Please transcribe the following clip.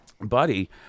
buddy